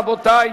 רבותי,